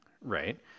Right